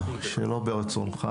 הוא לא חל באופן ישיר על הצבא,